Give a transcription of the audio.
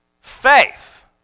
faith